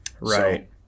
Right